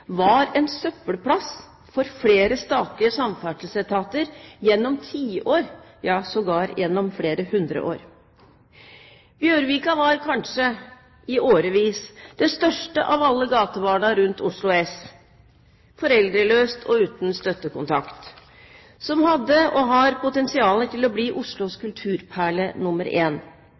statlige samferdselsetater gjennom tiår, ja sågar gjennom flere hundre år. Bjørvika var kanskje i årevis det største av alle gatebarna rundt Oslo S – foreldreløst og uten støttekontakt – som hadde, og har, potensialet til å bli Oslos